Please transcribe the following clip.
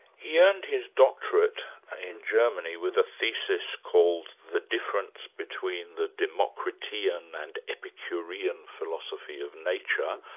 he earned his doctorate in germany with a thesis called the difference between the democratean and epicurean philosophy of nature